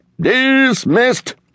Dismissed